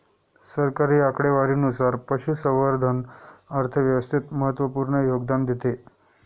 सरकारी आकडेवारीनुसार, पशुसंवर्धन अर्थव्यवस्थेत महत्त्वपूर्ण योगदान देते